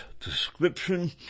description